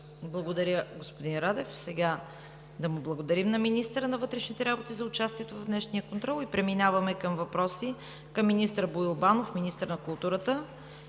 Благодаря, господин Радев. Сега да благодарим на Министъра на вътрешните работи за участието в днешния контрол. Преминаваме към въпроси към министър Боил Банов – министър на културата.